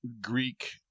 Greek